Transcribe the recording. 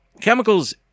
Chemicals